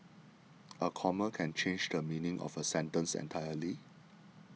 a comma can change the meaning of a sentence entirely